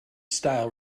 style